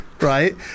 right